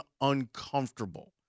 uncomfortable